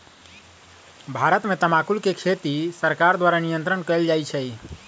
भारत में तमाकुल के खेती सरकार द्वारा नियन्त्रण कएल जाइ छइ